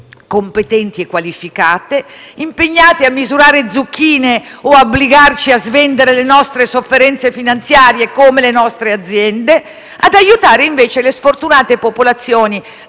competenti e qualificate, impegnate a misurare zucchine o ad obbligarti a svendere le nostre sofferenze finanziarie come le nostre aziende, per aiutare invece le sfortunate popolazioni dell'altra